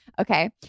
okay